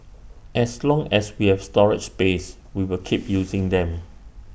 as long as we have storage space we will keep using them